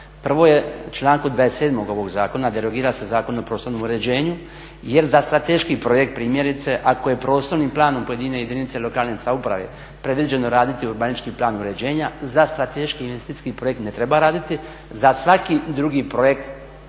Prvo je u članku 27. ovog zakona derogira se Zakon o prostornom uređenju jer za strateški projekt primjerice ako je prostornim planom pojedine jedinice lokalne samouprave predviđeno raditi urbanistički plan uređenja za strateški investicijski projekt ne treba raditi. Za svaki drugi projekt koji